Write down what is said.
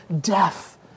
death